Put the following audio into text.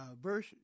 verse